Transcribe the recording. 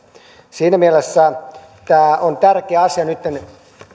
siinä mielessä tämä on tärkeä asia nytten